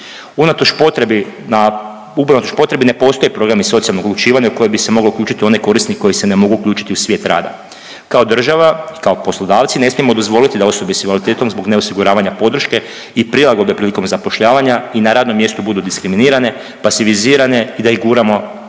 unatoč potrebi ne postoje programi socijalnog uključivanja u koje bi se moglo uključiti i one korisnike koji se ne mogu uključiti u svijet rada. Kao država, kao poslodavci ne smijemo dozvoliti da osobe s invaliditetom zbog neosiguravanja podrške i prilagodbe prilikom zapošljavanja i na radnom mjestu budu diskriminirane, pasivizirane i da ih guramo